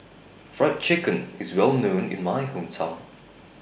Fried Chicken IS Well known in My Hometown